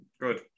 good